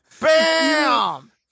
Bam